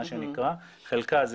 חלקה,